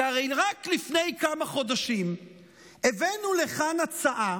כי הרי רק לפני כמה חודשים הבאנו לכאן הצעה